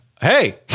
Hey